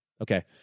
Okay